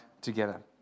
together